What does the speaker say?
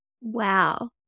Wow